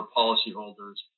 policyholders